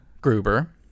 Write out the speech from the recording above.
Gruber